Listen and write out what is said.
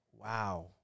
wow